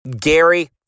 Gary